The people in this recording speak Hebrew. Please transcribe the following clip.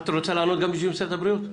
את רוצה לענות גם בשביל משרד הבריאות?